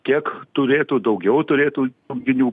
kiek turėtų daugiau turėtų mėginių